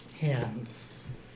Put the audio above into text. hands